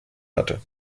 hatte